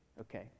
Okay